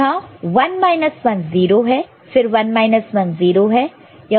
यह 1 1 0 है फिर 1 1 0 है